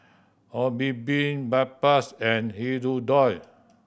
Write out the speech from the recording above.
Obimin Bedpans and Hirudoid